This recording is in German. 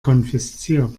konfisziert